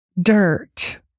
dirt